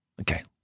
Okay